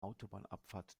autobahnabfahrt